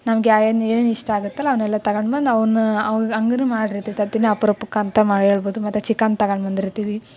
ನಮ್ಗೆ ಯಾವ್ಯಾದ್ ಏನೇನು ಇಷ್ಟ ಆಗುತ್ತಲ್ಲ ಅವನ್ನೆಲ್ಲ ತಗೊಂಡು ಬಂದು ಅವನ್ನ ಅವು ಹಾಗೇನು ಮಾಡಿರ್ತೀವಿ ತತ್ತಿನ ಅಪ್ರೂಪಕ್ಕೆ ಅಂತ ಮಾಡಿ ಹೇಳ್ಬೌದು ಮತ್ತು ಚಿಕನ್ ತಗೊಂಡ್ ಬಂದಿರ್ತೀವಿ